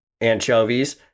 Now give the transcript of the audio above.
anchovies